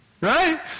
right